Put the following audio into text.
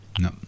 No